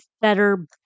Better